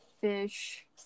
Fish